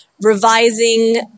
revising